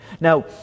Now